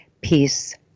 peace